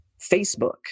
Facebook